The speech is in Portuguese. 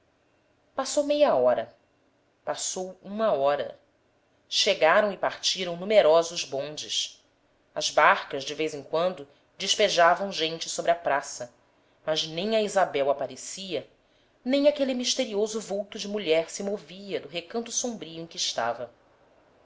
passou meia hora passou uma hora chegaram e partiram numerosos bondes as barcas de vez em quando despejavam gente sobre a praça mas nem a isabel aparecia nem aquele misterioso vulto de mulher se movia do recanto sombrio em que estava